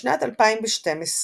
בשנת 2012,